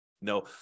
No